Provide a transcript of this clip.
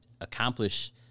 accomplish